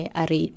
ari